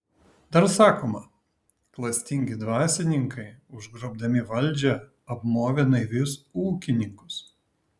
dar sakoma klastingi dvasininkai užgrobdami valdžią apmovė naivius ūkininkus